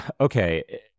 okay